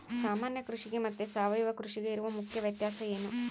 ಸಾಮಾನ್ಯ ಕೃಷಿಗೆ ಮತ್ತೆ ಸಾವಯವ ಕೃಷಿಗೆ ಇರುವ ಮುಖ್ಯ ವ್ಯತ್ಯಾಸ ಏನು?